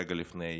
רגע לפני